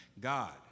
God